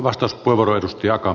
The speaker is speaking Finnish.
arvoisa puhemies